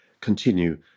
continue